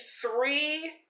three